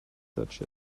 such